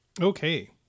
okay